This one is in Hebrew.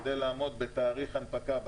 כדי לעמוד בתאריך ההנפקה,